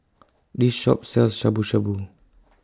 This Shop sells Shabu Shabu